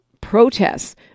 protests